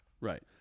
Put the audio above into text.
Right